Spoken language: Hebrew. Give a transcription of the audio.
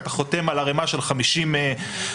אתה חותם על ערימה של בערך 50 מסמכים,